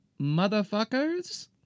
motherfuckers